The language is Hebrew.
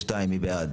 מי בעד